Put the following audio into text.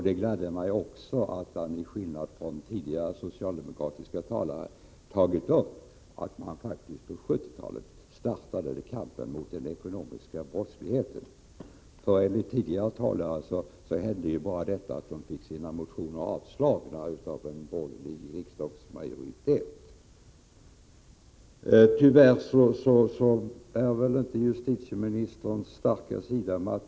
Det gladde mig också att han till skillnad från tidigare socialdemokratiska talare nämnde att man på 1970-talet faktiskt startade kampen mot den ekonomiska brottsligheten. Enligt tidigare talare var det enda som då hände att man fick sina motioner avslagna av en borgerlig riksdagsmajoritet. Tyvärr är matematik inte justitieministerns starka sida.